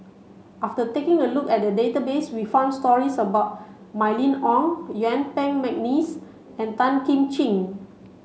after taking a look at the database we found stories about Mylene Ong Yuen Peng McNeice and Tan Kim Ching